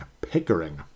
Pickering